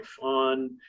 on